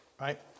right